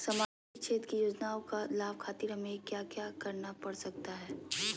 सामाजिक क्षेत्र की योजनाओं का लाभ खातिर हमें क्या क्या करना पड़ सकता है?